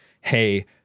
hey